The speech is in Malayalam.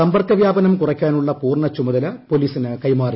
സമ്പർക്ക വ്യാപനം കുറയ്ക്കാനുള്ള പൂർണ ചുമതല പോലീസിന് കൈമാറി